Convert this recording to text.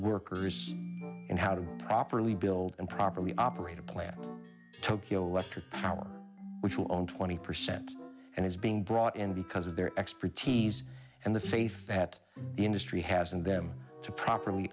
workers in how to properly build and properly operate a plant tokyo electric power which will own twenty percent and is being brought in because of their expertise and the faith that the industry has in them to properly